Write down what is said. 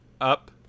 Up